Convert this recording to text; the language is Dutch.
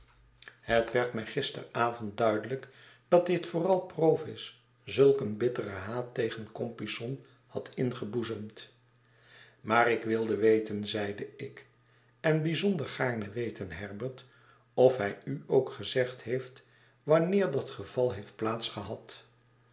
het werd my gisteravond duidelijk dat dit vooral provis zulk een bitteren haat tegencompeyson had ingeboezemd maar ik wilde weten zeide ik enbijzonder gaarne weten herbert of hij uookgezegd heeft wanneer dat geval heeft